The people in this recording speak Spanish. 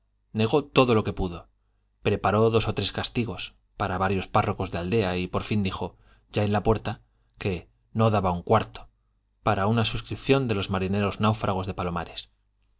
negó todo lo que pudo preparó dos o tres castigos para varios párrocos de aldea y por fin dijo ya en la puerta que no daba un cuarto para una suscripción de los marineros náufragos de palomares